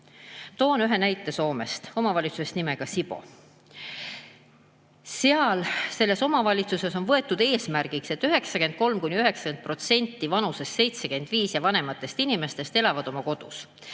Toon ühe näite Soome omavalitsusest nimega Sipoo. Selles omavalitsuses on võetud eesmärgiks, et 93–90% 75-aastastest ja vanematest inimestest elaksid oma kodus.